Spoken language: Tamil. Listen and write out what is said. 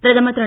பிரதமர் திரு